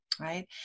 right